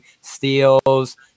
steals